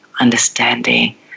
understanding